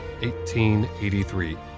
1883